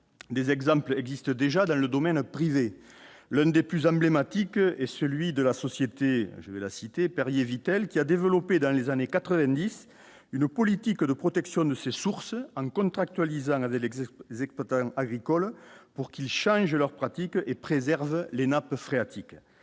des exemples existent déjà dans le domaine privé, l'un des plus emblématiques et celui de la société, je vais la citer Perrier Vittel qui a développé dans les années 90 une politique de protection de ces sources en contractualisé avec l'exode des exploitants agricoles pour qu'ils changent leurs pratiques et préserve les nappes phréatiques,